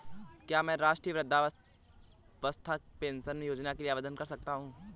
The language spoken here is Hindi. क्या मैं राष्ट्रीय वृद्धावस्था पेंशन योजना के लिए आवेदन कर सकता हूँ?